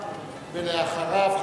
ואחריו,